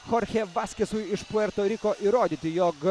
chorche baskesui iš puerto riko įrodyti jog